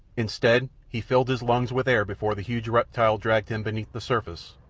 instead, he filled his lungs with air before the huge reptile dragged him beneath the surface,